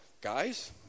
Guys